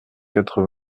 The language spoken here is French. quatre